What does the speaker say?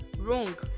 wrong